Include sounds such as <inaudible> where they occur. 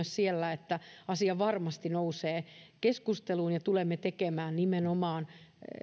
<unintelligible> siellä että asia varmasti nousee keskusteluun ja tulemme tekemään nimenomaan